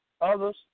Others